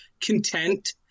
content